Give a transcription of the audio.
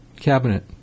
cabinet